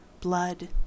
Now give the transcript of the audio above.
blood